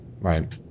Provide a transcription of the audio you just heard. right